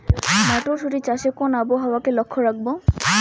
মটরশুটি চাষে কোন আবহাওয়াকে লক্ষ্য রাখবো?